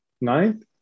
Ninth